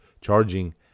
charging